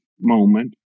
moment